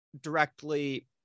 directly